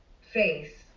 face